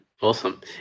Awesome